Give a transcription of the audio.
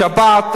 שבת,